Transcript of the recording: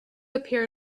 appear